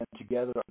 together